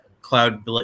cloud